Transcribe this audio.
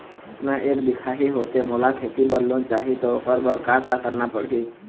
मैं एक दिखाही होथे मोला खेती बर लोन चाही त ओकर बर का का करना पड़ही?